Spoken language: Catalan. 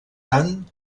tant